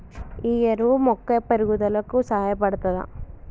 ఈ ఎరువు మొక్క పెరుగుదలకు సహాయపడుతదా?